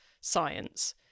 science